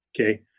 Okay